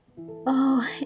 Oh